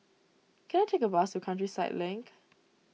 can I take a bus to Countryside Link